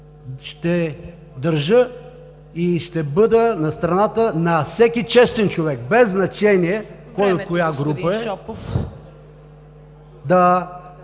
ще държа и ще бъда на страната на всеки честен човек – без значение кой от коя